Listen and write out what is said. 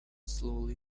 slowly